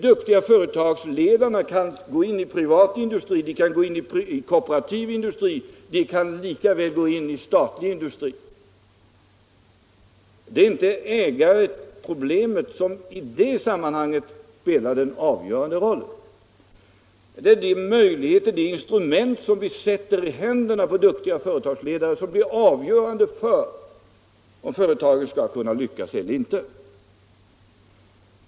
Duktiga företagsledare kan gå in i privat industri, kooperativ industri och lika väl i statlig industri. Det är inte ägarförhållandet som i det sammanhanget spelar den avgörande rollen — det är de möjligheter vi ger, de instrument som vi sätter i händerna på duktiga företagsledare som blir avgörande för om företaget lyckas eller inte.